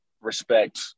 respect